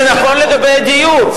זה נכון לגבי הדיור.